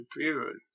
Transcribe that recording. period